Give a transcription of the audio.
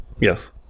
Yes